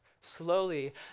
slowly